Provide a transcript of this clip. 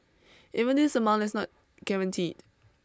even this amount is not guaranteed